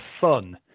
fun